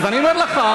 אז אני אומר לך,